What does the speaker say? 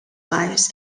wives